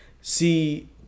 see